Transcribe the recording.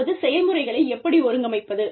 அதாவது செயல்முறைகளை எப்படி ஒருங்கமைப்பது